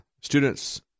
students